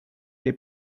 que